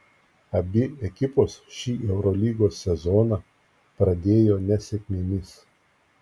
abi ekipos šį eurolygos sezoną pradėjo nesėkmėmis